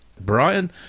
Brian